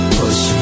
push